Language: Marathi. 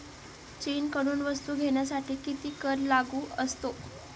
चीनकडून वस्तू घेण्यासाठी किती कर लागू असतो?